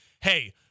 hey